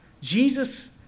Jesus